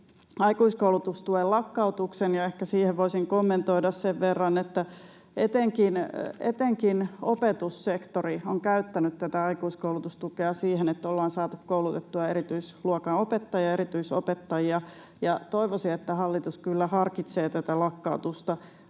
aikuiskoulutustuen lakkautuksen. Siihen voisin kommentoida ehkä sen verran, että etenkin opetussektori on käyttänyt tätä aikuiskoulutustukea siihen, että on saatu koulutettua erityisluokanopettajia ja erityisopettajia, ja toivoisin kyllä, että hallitus harkitsee tätä lakkautusta